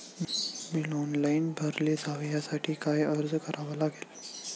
Bill online भरले जावे यासाठी काय अर्ज करावा लागेल?